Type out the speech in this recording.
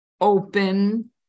open